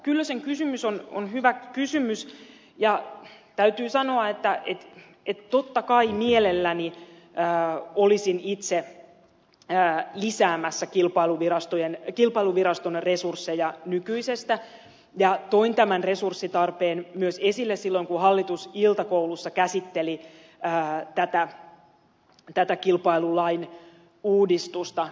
kyllösen kysymys on hyvä ja täytyy sanoa että totta kai mielelläni olisin itse lisäämässä kilpailuviraston resursseja nykyisestä ja toin tämän resurssitarpeen myös esille silloin kun hallitus iltakoulussa käsitteli tätä kilpailulain uudistusta